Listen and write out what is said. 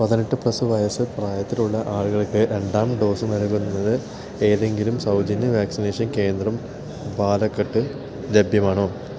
പതിനെട്ട് പ്ലസ് വയസ്സ് പ്രായത്തിലുള്ള ആളുകൾക്ക് രണ്ടാം ഡോസ് നൽകുന്നത് ഏതെങ്കിലും സൗജന്യ വാക്സിനേഷൻ കേന്ദ്രം ബാലഘട്ട് ലഭ്യമാണോ